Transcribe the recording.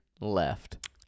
left